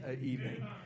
evening